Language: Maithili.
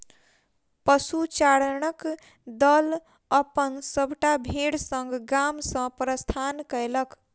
पशुचारणक दल अपन सभटा भेड़ संग गाम सॅ प्रस्थान कएलक